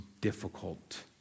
difficult